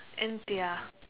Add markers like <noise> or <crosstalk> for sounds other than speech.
and their <breath>